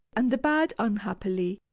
and the bad unhappily.